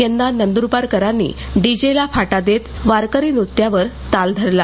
यंदा नंदुरबारकरांनी डीजेला फाटा देत वारकरीनृत्यावर ताल धरला